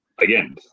again